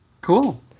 Cool